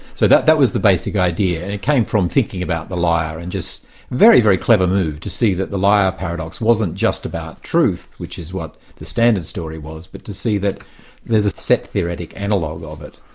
so that that was the basic idea. and it came from thinking about the liar and just a very, very clever move, to see that the liar paradox wasn't just about truth, which is what the standard story was, but to see that there's a set theoretic analogue of it,